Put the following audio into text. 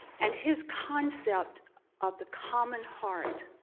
and his concept of the common heart,